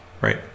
right